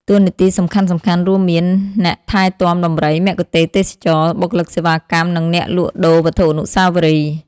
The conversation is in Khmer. តួនាទីសំខាន់ៗរួមមាន អ្នកថែទាំដំរី មគ្គុទ្ទេសក៍ទេសចរណ៍ បុគ្គលិកសេវាកម្ម និងអ្នកលក់ដូរវត្ថុអនុស្សាវរីយ៍។